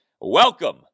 Welcome